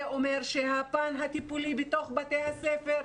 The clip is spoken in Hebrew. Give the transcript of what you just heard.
זה אומר שהפן הטיפולי בתוך בתי הספר,